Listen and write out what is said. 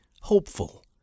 hopeful